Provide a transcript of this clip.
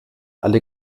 alle